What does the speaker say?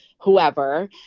whoever